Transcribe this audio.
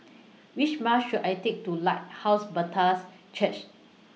Which Bus should I Take to Lighthouse Baptist Church